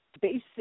Basic